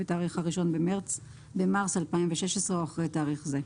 בתאריך 1 במרס 2016 או אחרי תאריך זה.